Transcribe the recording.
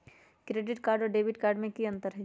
Credit card और debit card में की अंतर हई?